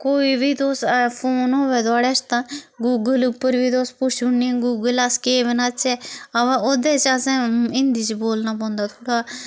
कोई बी तुस फोन होऐ थोह्ड़े श तां गूगल उप्पर बी तुस पुच्छन ओड़ने गूगल अस केह बनाचै अवा ओहदे च असें हिंदी च बोलना पौंदा थोह्ड़ा